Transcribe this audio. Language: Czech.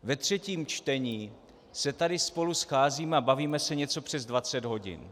Ve třetím čtení se tady spolu scházíme a bavíme se něco přes 20 hodin.